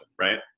right